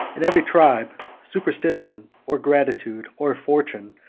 in every tribe, superstition, or gratitude, or fortune,